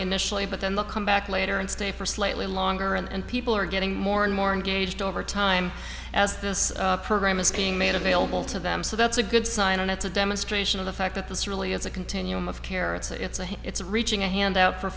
initially but then the come back later and stay for slightly longer and and people are getting more and more engaged over time as this program is being made available to them so that's a good sign and it's a demonstration of the fact that this really is a continuum of care it's a it's a it's reaching a hand out for